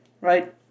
Right